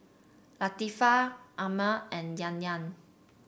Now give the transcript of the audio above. Latifa Ammir and Yahya